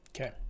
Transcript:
Okay